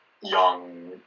young